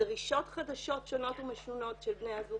דרישות חדשות שונות ומשונות של בני הזוג